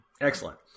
Excellent